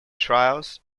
trials